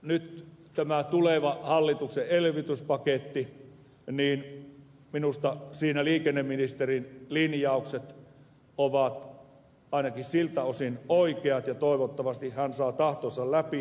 nyt tässä tulevassa hallituksen elvytyspaketissa minusta liikenneministerin linjaukset ovat ainakin siltä osin oikeat ja toivottavasti hän saa tahtonsa läpi